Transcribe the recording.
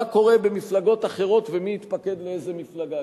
קורה במפלגות אחרות ומי מתפקד לאיזה מפלגה.